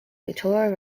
victoria